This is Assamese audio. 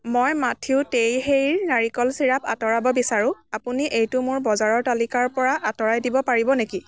মই মাঠিউ টেইহেইৰ নাৰিকল চিৰাপ আঁতৰাব বিচাৰোঁ আপুনি এইটো মোৰ বজাৰৰ তালিকাৰপৰা আঁতৰাই দিব পাৰিব নেকি